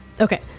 okay